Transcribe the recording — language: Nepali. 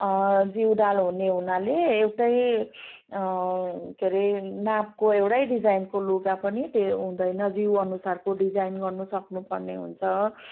जिउडाल हुने हुनाले एउटै के अरे नापको एउटै डिजाइनको लुगा पनि त्यो हुँदैन जिउअनुसारको डिजाइन गर्नु सक्नुपर्ने हुन्छ